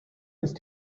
ist